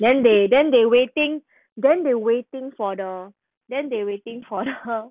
then they then they waiting then they waiting for the then they waiting for her